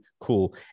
cool